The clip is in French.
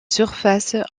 surfaces